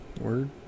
Word